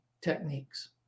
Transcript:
techniques